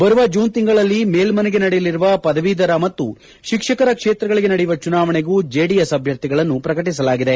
ಬರುವ ಜೂನ್ ತಿಂಗಳಲ್ಲಿ ಮೇಲ್ದನೆಗೆ ನಡೆಯಲಿರುವ ಪದವೀಧರ ಮತ್ತು ಶಿಕ್ಷಕರ ಕ್ಷೇತ್ರಗಳಿಗೆ ನಡೆಯುವ ಚುನಾವಣೆಗೂ ಜೆಡಿಎಸ್ ಅಭ್ಯರ್ಥಿಗಳನ್ನು ಪ್ರಕಟಸಲಾಗಿದೆ